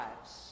lives